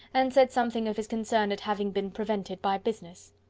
and said something of his concern at having been prevented by business.